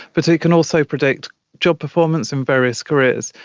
but it can also predict job performance in various careers,